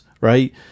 Right